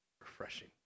Refreshing